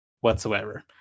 whatsoever